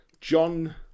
John